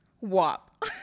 Wop